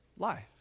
life